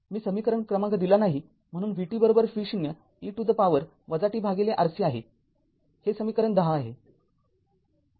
मी समीकरण क्रमांक दिला नाही म्हणून vt v0 e to the power tRC आहे हे समीकरण १० आहे